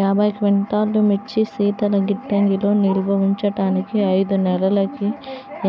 యాభై క్వింటాల్లు మిర్చి శీతల గిడ్డంగిలో నిల్వ ఉంచటానికి ఐదు నెలలకి